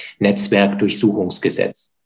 Netzwerkdurchsuchungsgesetz